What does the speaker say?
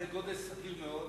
זה גודל סביר מאוד.